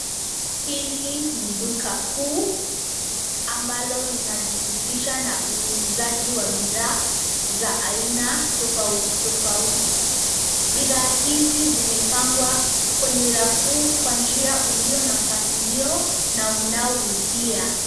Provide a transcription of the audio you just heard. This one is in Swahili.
Hili ni duka kuu ambalo linajihusisha na uuzaji wa bidhaa za aina tofauti tofauti. Bidhaa hizi zimepangwa kwenye rafu ulio na mpangilio unaovutia.